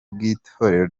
bw’itorero